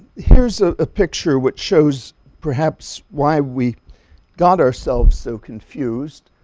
here's a picture which shows perhaps why we got ourselves so confused.